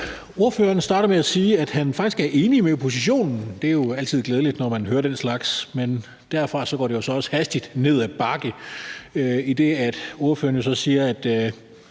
Ordføreren startede med at sige, at han faktisk er enig med oppositionen. Det er jo altid glædeligt, når man hører den slags, men derfra gik det jo så også hastigt ned ad bakke, idet ordføreren så siger,